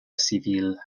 civile